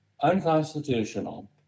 unconstitutional